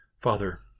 Father